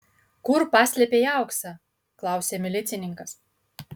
kur paslėpei auksą klausia milicininkas